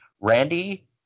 Randy